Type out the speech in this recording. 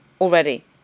already